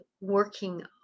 working